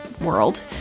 world